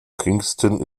kingston